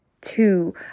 two